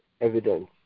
evidence